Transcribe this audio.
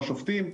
לשופטים,